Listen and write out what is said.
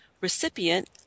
recipient